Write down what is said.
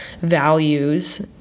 values